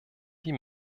die